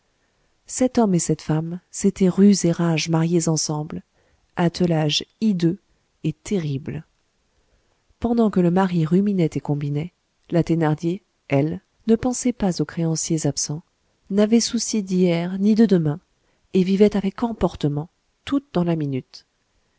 cet homme et cette femme c'était ruse et rage mariés ensemble attelage hideux et terrible pendant que le mari ruminait et combinait la thénardier elle ne pensait pas aux créanciers absents n'avait souci d'hier ni de demain et vivait avec emportement toute dans la minute